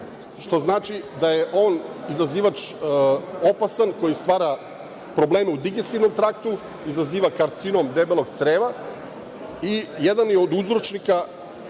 što znači da je on opasan izazivač koji stvara probleme u digestivnom traktu, izaziva karcinom debelog creva i jedan je od uzročnika